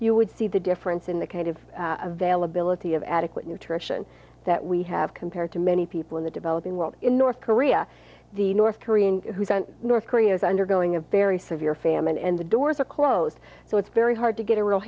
you would see the difference in the kind of availability of adequate nutrition that we have compared to many people in the developing world in north korea the north korean north korea is undergoing a very severe famine and the doors are closed so it's very hard to get a real